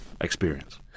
experience